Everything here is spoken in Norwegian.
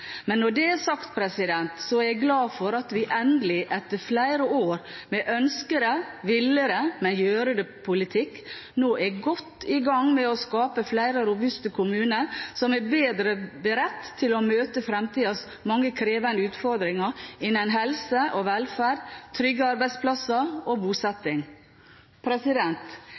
Men når det er sagt, er jeg glad for at vi endelig, etter flere år med «ønske det, ville det, men gjøre det!»-politikk, nå er godt i gang med å skape flere robuste kommuner som er bedre beredt til å møte fremtidens mange krevende utfordringer innen helse og velferd, trygge arbeidsplasser og bosetting.